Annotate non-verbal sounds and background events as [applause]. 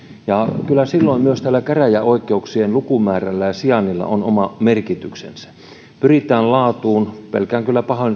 ja kyllä silloin myös käräjäoikeuksien lukumäärällä ja sijainnilla on oma merkityksensä pyritään laatuun pelkään kyllä pahoin [unintelligible]